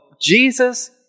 Jesus